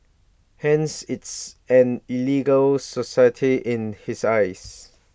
hence it's an illegal society in his eyes